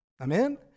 Amen